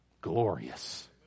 glorious